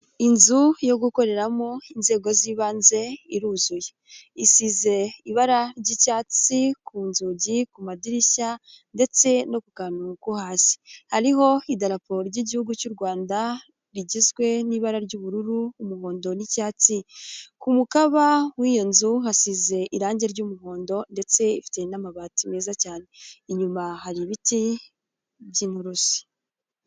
Inzu yo gukoreramo inzego z'ibanze iruzuye, isize ibara ry'icyatsi ku nzugi, ku madirishya ndetse no kantu ko hasi, hariho idaraporo ry'Igihugu cy'u Rwanda rigizwe n'ibara ry'ubururu, umuhondo n'icyatsi, ku mukaba w'iyo nzu hasize irangi ry'umuhondo ndetse ifite n'amabati meza cyane, inyuma hari ibiti by'inturusu.